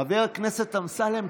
חבר הכנסת אמסלם,